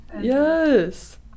Yes